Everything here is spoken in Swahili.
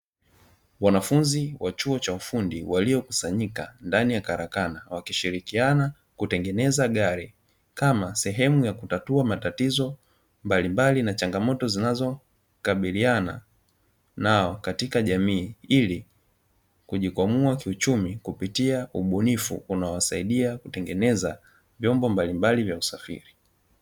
Wanafunzi wa chuo cha ufundi, waliokusanyika ndani ya karakana, wakishirikiana kutengeneza gari, kama sehemu ya kutatua matatizo mbalimbali na changamoto zinazokabiliana nao katika jamii, ili kujikwamua kiuchumi kupitia ubunifu unaowasaidia kutengeneza vyombo mbalimbali vya usafiri.